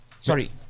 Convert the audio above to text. sorry